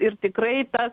ir tikrai tas